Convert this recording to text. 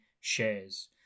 shares